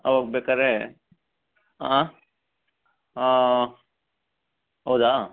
ಅವಾಗ ಬೇಕಾದ್ರೆ ಹಾಂ ಹೌದಾ